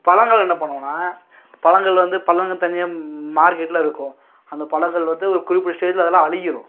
பழங்கள் என்ன பண்ணுவோன்னா பழங்கள் வந்து பழங்கள் தனியா மார்க்கெட்டில் இருக்கும் அந்த பழங்கள் வந்து ஒரு குறிப்பிட்ட ஸ்டேஜில் அதெல்லாம் அழுகிடும்